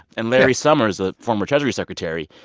and larry summers, a former treasury secretary,